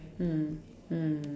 mm mm